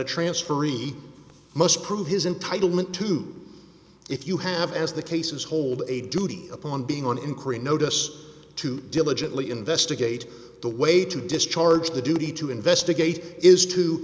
a transfer must prove his entitlement to if you have as the cases hold a duty upon being on increased notice to diligently investigate the way to discharge the duty to investigate is to